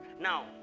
Now